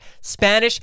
Spanish